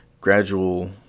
gradual